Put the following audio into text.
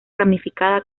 ramificada